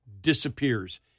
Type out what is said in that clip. disappears